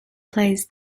plays